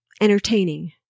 entertaining